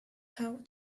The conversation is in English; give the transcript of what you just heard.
how